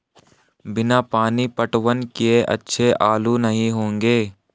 बिना पानी पटवन किए अच्छे आलू नही होंगे